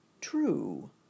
True